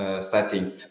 setting